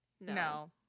No